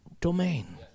domain